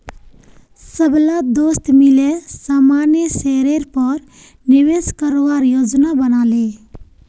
सबला दोस्त मिले सामान्य शेयरेर पर निवेश करवार योजना बना ले